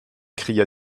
cria